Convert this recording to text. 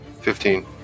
Fifteen